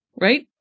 right